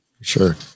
Sure